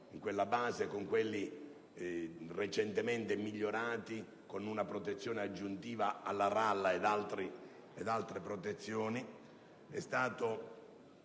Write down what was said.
in quella base con quelli recentemente migliorati con una protezione aggiuntiva alla ralla ed altre protezioni, è stato